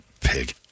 Pig